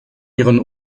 ihren